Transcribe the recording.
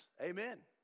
amen